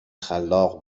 خلاق